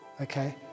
okay